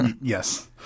Yes